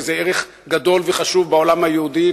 זה ערך גדול וחשוב בעולם היהודי,